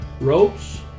ropes